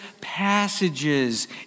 passages